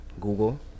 google